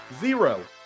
zero